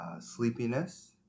sleepiness